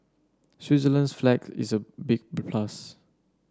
Switzerland's flag is a big plus